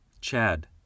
Chad